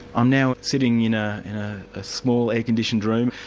i'm now sitting you know in ah a small, air-conditioned room,